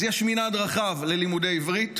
אז יש מנעד רחב ללימודי עברית.